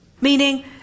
Meaning